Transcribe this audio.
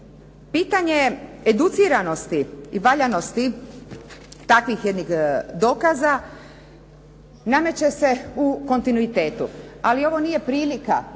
Pitanje educiranosti i valjanosti takvih jednih dokaza nameće se u kontinuitetu, ali ovo nije prilika,